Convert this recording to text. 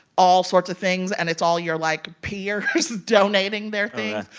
all sorts of things, and it's all your, like, peers donating their things.